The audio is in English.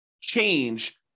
change